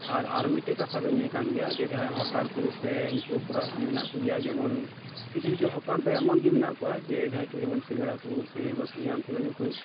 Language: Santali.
ᱟᱨ ᱟᱨ ᱢᱤᱫ ᱴᱮᱱ ᱠᱟᱛᱷᱟ ᱫᱚ ᱱᱤᱭᱟᱹ ᱠᱟᱱ ᱜᱮᱭᱟ ᱦᱚᱠᱚᱨ ᱠᱚ ᱥᱮ ᱩᱱᱠᱩ ᱢᱮᱱᱟᱜ ᱠᱚᱜᱮᱭᱟ ᱠᱤᱪᱷᱩ ᱠᱤᱪᱷᱩ ᱦᱚᱠᱟᱨ ᱫᱚ ᱮᱢᱚᱱ ᱜᱮ ᱢᱮᱱᱟᱜ ᱠᱚᱣᱟ ᱡᱮᱢᱚᱱ ᱡᱮ ᱡᱟᱦᱟᱸᱭ ᱠᱚ ᱡᱮᱢᱚᱱ ᱥᱤᱜᱟᱹᱲᱟ ᱠᱚ ᱥᱮ ᱤᱭᱟᱹ ᱠᱚ ᱟᱹᱠᱷᱨᱤᱧᱟ ᱩᱱᱠᱩ ᱫᱚ ᱠᱤᱱᱛᱩ